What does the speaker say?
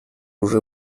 уже